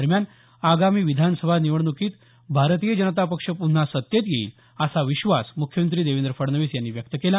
दरम्यान आगामी विधानसभा निवडणुकीत भारतीय जनता पक्ष पुन्हा सत्तेत येईल असा विश्वास मुख्यमंत्री देवेंद्र फडणवीस यांनी व्यक्त केला